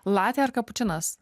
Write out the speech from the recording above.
latė ar kapučinas